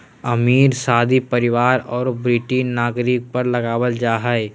अमीर, शाही परिवार औरो ब्रिटिश नागरिक पर लगाबल जा हइ